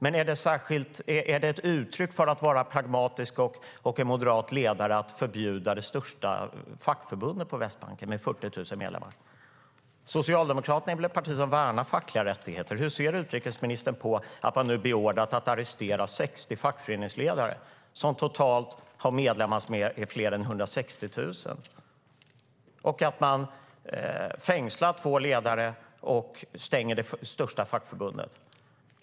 Men är det ett uttryck för att vara en pragmatisk och moderat ledare att förbjuda det största fackförbundet på Västbanken med 40 000 medlemmar? Socialdemokraterna är väl ett parti som värnar fackliga rättigheter? Hur ser utrikesministern på att man nu beordrar att arrestera 60 fackföreningsledare som totalt har fler än 160 000 medlemmar och att man fängslar två ledare och stänger det största fackförbundet?